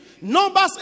Numbers